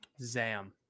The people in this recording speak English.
Zam